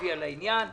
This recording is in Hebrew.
אינטנסיבי בעניין זה.